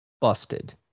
busted